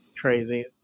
Crazy